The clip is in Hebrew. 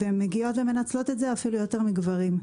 והן באות ומנצלות את זה אפילו יותר מגברים.